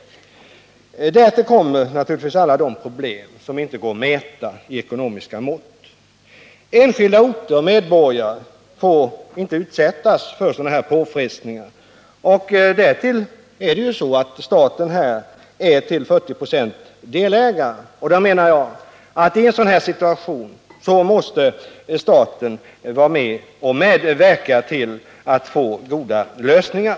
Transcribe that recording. Därtill kommer naturligtvis alla de problem som inte gär att mäta i ekonomiska mått. Enskilda orter och medborgare får inte utsättas för sadana här påfrestningar. Dessutom är staten i det speciella fall jag avser till 40 delägare, och i en sådan situation. menar jag. måste staten vara med och medverka till goda lösningar. Vi vet att man måste acceptera vissa strukturella förändringar.